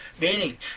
Meaning